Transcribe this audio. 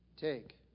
Take